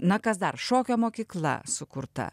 na kas dar šokio mokykla sukurta